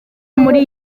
muri